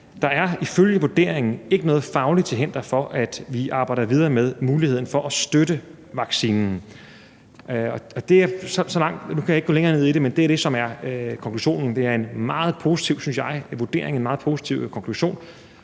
Der er ifølge vurderingen ikke noget fagligt til hinder for, at vi arbejder videre med muligheden for at støtte vaccinen. Og det kan jeg ikke gå længere ned i, men det er det, som er konklusionen.